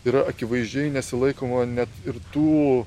yra akivaizdžiai nesilaikoma net ir tų